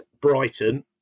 Brighton